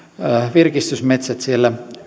virkistysmetsille siellä